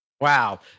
Wow